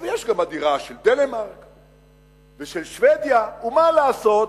אבל יש גם הדירה של דנמרק ושל שבדיה, ומה לעשות,